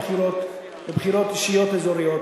את שיטת הבחירות בבחירות אישיות אזוריות,